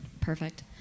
Perfect